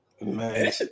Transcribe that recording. Man